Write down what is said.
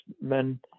men